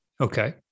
Okay